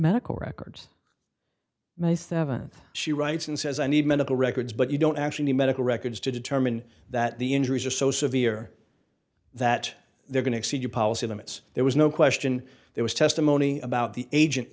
medical records my th she writes and says i need medical records but you don't actually need medical records to determine that the injuries are so severe that they're going to exceed your policy limits there was no question there was testimony about the agent